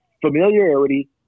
Familiarity